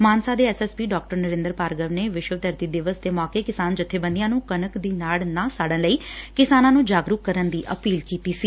ਮਾਨਸਾ ਦੇ ਐਸਐਸਪੀ ਡਾਨਰਿੰਦਰ ਭਾਰਗਵ ਨੇ ਵਿਸ਼ਵ ਧਰਤੀ ਦਿਵਸ ਦੇ ਮੌਕੇ ਕਿਸਾਨ ਜਬੇਬੰਦੀਆਂ ਨੂੰ ਕਣਕ ਦੀ ਨਾੜ ਨਾ ਸਾੜਨ ਲਈ ਕਿਸਾਨਾਂ ਨੂੰ ਜਾਗਰੂਕ ਕਰਨ ਦੀ ਅਪੀਲ ਕੀਤੀ ਸੀ